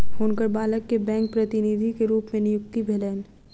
हुनकर बालक के बैंक प्रतिनिधि के रूप में नियुक्ति भेलैन